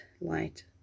light